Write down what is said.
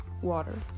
water